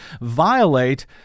violate